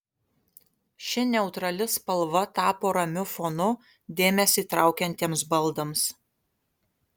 ši neutrali spalva tapo ramiu fonu dėmesį traukiantiems baldams